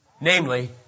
Namely